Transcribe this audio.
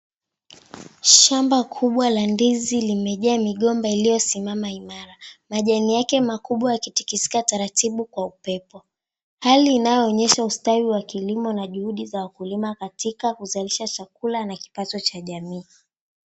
Shamba kubwa la ndizi limejaa migomba iliosimama imara. Majani yake makubwa yakitikisika taratibu kwa upepo. Hali inayoonyesha ustawi wa kilimo na juhudi za wakulima katika kuzalisha chakula na kipato cha jamii.